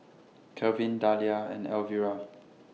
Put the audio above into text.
Kelvin Dahlia and Elvira